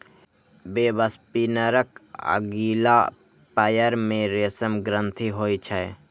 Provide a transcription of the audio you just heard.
वेबस्पिनरक अगिला पयर मे रेशम ग्रंथि होइ छै